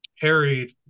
carried